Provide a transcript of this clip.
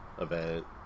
event